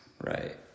Right